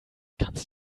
kannst